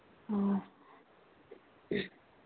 ꯑꯥ